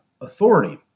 authority